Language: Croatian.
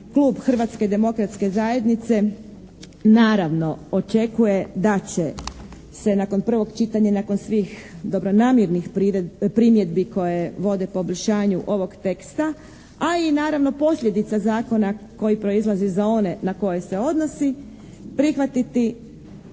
klub Hrvatske demokratske zajednice naravno očekuje da će se nakon prvog čitanja i nakon svih dobronamjernih primjedbi koje vode poboljšanju ovog teksta, a i naravno posljedica zakona koji proizlazi za one na koje se odnosi, prihvatiti